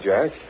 Jack